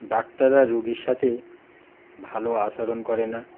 ডাক্তাররা রোগীর সাথে ভালো আচরণ করে না